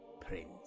Prince